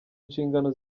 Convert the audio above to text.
nshingano